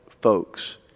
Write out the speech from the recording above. folks